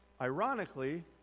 Ironically